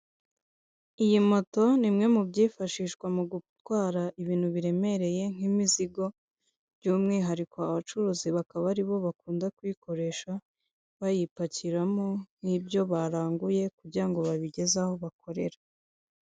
Iyi moto ni imwe mu byifashishwa mugutwara ibintu biremereye nk'imizigo byumwihariko abacuruzi bakaba aribo bakunda kuyikoresha bayipakiramo nk'ibyo baranguye kugira ngo babigeze aho bakorera.